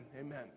amen